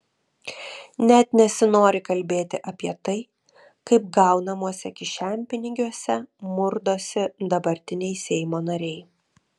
net nesinori kalbėti apie tai kaip gaunamuose kišenpinigiuose murdosi dabartiniai seimo nariai